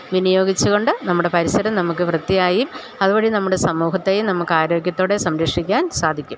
വിനിയോഗിച്ചുകൊണ്ട് നമ്മുടെ പരിസരം നമുക്ക് വൃത്തിയായും അതു വഴി നമ്മുടെ സമൂഹത്തെയും നമുക്ക് ആരോഗ്യത്തോടെ സംരക്ഷിക്കാൻ സാധിക്കും